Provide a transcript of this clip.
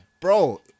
bro